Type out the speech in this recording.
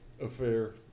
Affair